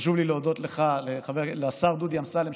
חשוב לי להודות לך ולשר דודי אמסלם,